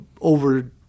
over –